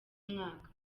mwaka